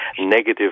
negative